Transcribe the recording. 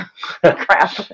Crap